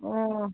ও